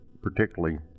particularly